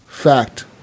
fact